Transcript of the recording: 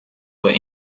were